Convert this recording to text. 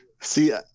See